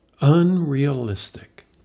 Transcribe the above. Unrealistic